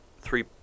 three